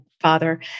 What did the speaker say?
father